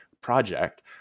project